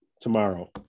tomorrow